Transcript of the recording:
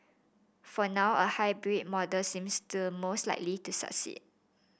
for now a hybrid model seems the most likely to succeed